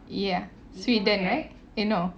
ya sweden right eh no